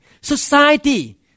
Society